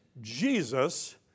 Jesus